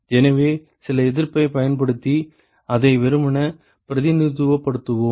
எனவே சில எதிர்ப்பைப் பயன்படுத்தி அதை வெறுமனே பிரதிநிதித்துவப்படுத்துவோம்